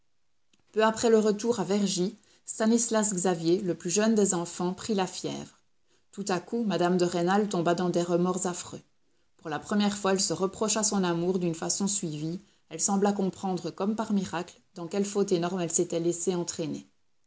peu après le retour à vergy stanislas xavier le plus jeune des enfants prit la fièvre tout à coup mme de rênal tomba dans des remords affreux pour la première fois elle se reprocha son amour d'une façon suivie elle sembla comprendre comme par miracle dans quelle faute énorme elle s'était laissé entraîner